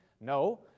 No